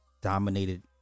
dominated